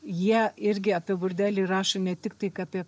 jie irgi apie burdelį rašo ne tik kaip apie